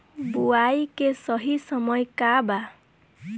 बुआई के सही समय का वा?